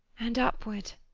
and vpward,